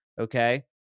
okay